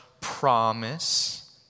Promise